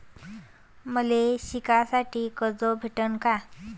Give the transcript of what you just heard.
मले शिकासाठी कर्ज भेटन का?